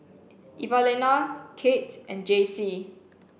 Evalena Kate and Jacey